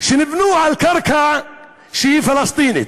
שנבנו על קרקע שהיא פלסטינית,